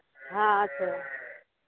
হ্যাঁ আছে